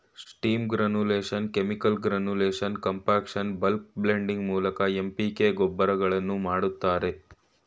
steam granulation, chemical granulation, compaction, bulk blending ಮೂಲಕ MPK ಗೊಬ್ಬರಗಳನ್ನು ಮಾಡ್ತರೆ